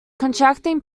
contracting